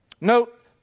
Note